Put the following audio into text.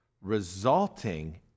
resulting